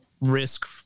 risk